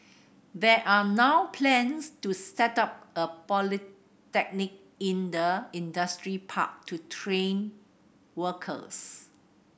there are now plans to set up a polytechnic in the industrial park to train workers